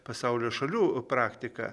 pasaulio šalių praktika